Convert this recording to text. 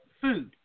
food